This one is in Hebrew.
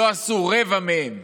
לא עשו רבע מהם.